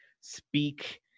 speak